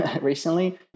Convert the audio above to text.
recently